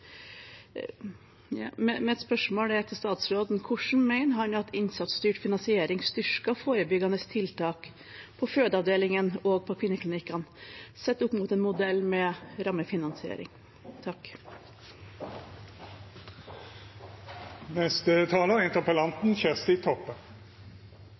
er: Hvordan mener han at innsatsstyrt finansiering styrker forebyggende tiltak på fødeavdelingene og kvinneklinikkene sett opp mot en modell med rammefinansiering? Eg vil vera tydeleg på at eg er